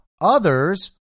Others